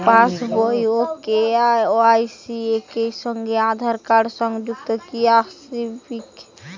পাশ বই ও কে.ওয়াই.সি একই সঙ্গে আঁধার কার্ড সংযুক্ত কি আবশিক?